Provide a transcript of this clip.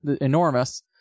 enormous